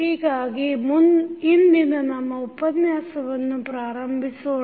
ಹೀಗಾಗಿ ಇಂದಿನ ನಮ್ಮ ಉಪನ್ಯಾಸವನ್ನು ಪ್ರಾರಂಭಿಸೋಣ